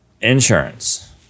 insurance